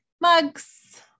mugs